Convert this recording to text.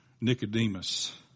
Nicodemus